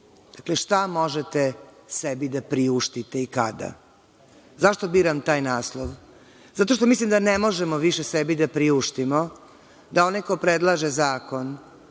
dakle, šta možete sebi da priuštite i kada. Zašto biram taj naslov? Zato što mislim da ne možemo više sebi da priuštimo da onaj ko predlaže zakon